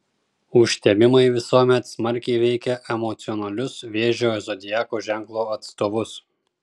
užtemimai visuomet smarkiai veikia emocionalius vėžio zodiako ženklo atstovus